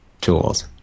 tools